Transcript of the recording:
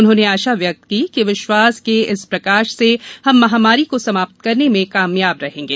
उन्होंने आशा व्यक्त की कि विश्वास के इस प्रकाश से हम महामारी को समाप्त करने में कामयाब रहेंगे